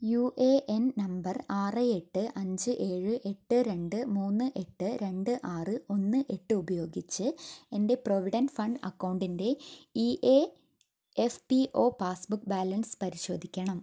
U A N number ആറ് എട്ട് അഞ്ച് ഏഴ് എട്ട് രണ്ട് മൂന്ന് എട്ട് രണ്ട് ആറ് ഒന്ന് എട്ട് ഉപയോഗിച്ച് എൻ്റെ പ്രൊവിഡൻ്റ് ഫണ്ട് അക്കൗണ്ടിൻ്റെ E A F P O passbook balance പരിശോധിക്കണം